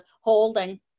holding